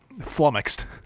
flummoxed